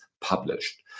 published